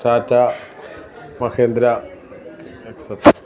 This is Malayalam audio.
ടാറ്റ മഹേന്ദ്ര എക്സെട്ര